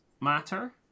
matter